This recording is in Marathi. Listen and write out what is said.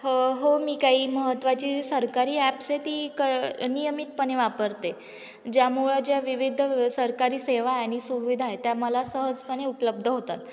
हो हो मी काही महत्त्वाची सरकारी ॲप्स आहे ती क नियमितपणे वापरते ज्यामुळं ज्या विविध सरकारी सेवा आहे आणि सुविधा आहे त्या मला सहजपणे उपलब्ध होतात